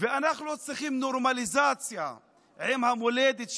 ואנחנו לא צריכים נורמליזציה עם המולדת שלנו,